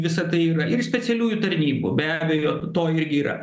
visa tai yra ir specialiųjų tarnybų be abejo to irgi yra